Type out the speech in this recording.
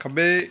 ਖੱਬੇ